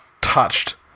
touched